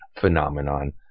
phenomenon